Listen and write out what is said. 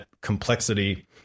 complexity